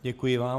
Děkuji vám.